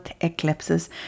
eclipses